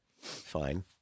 Fine